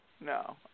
No